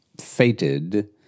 fated